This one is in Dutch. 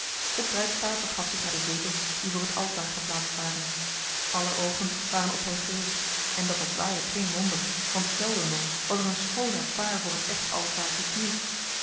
het bruidspaar begaf zich naar de zetels die voor het altaar waren geplaatst aller oogen waren op hen gericht en dat was waarlijk geen wonder want zelden nog was er een schooner paar voor het echtaltaar geknield